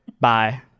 bye